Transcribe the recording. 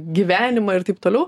gyvenimą ir taip toliau